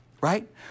right